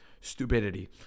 stupidity